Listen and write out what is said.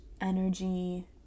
energy